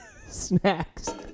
Snacks